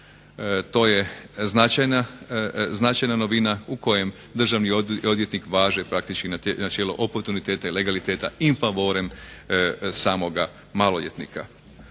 To je značajna novina u kojoj Državni odvjetnik važe praktički načelo oportuniteta i legaliteta in favorem samoga maloljetnika.